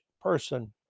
person